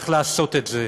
צריך לעשות את זה.